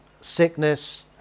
sickness